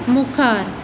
मुखार